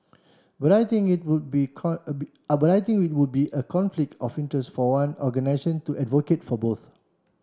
but I think it would be but I think it would be a conflict of interest for one organisation to advocate for both